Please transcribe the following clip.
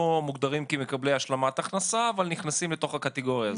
מוגדרים כמקבלי השלמת הכנסה אבל נכנסים לתוך הקטגוריה הזאת.